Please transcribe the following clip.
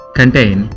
contain